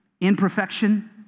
imperfection